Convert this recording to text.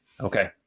Okay